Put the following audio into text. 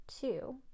two